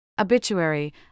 Obituary